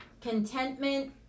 contentment